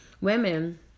women